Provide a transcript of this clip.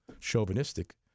chauvinistic